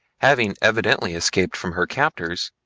having evidently escaped from her captors,